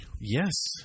Yes